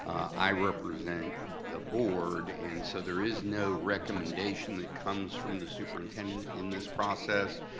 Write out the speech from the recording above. i represent the board, and so there is no recommendation that comes from the superintendent in this process.